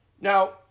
Now